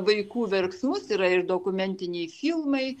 vaikų verksmus yra ir dokumentiniai filmai